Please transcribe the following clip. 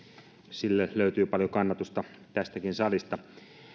sille löytyy paljon kannatusta tästäkin salista